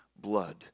blood